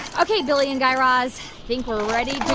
ok, billy and guy raz. think we're ready